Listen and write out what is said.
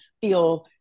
feel